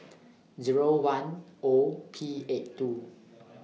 Zero one O P eight two